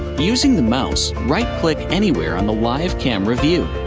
using the mouse, right click anywhere on the live camera view.